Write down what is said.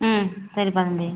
ம் சரிப்பா தம்பி